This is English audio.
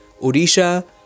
Odisha